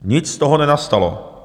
Nic z toho nenastalo.